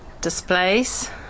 displays